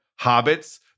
hobbits